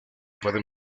pueden